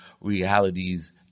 realities